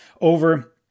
over